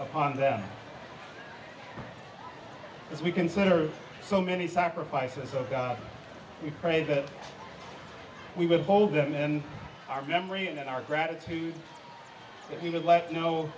upon them as we consider so many sacrifices of god we pray that we would hold them in our memory and our gratitude